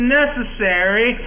necessary